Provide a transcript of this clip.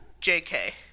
JK